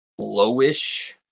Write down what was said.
lowish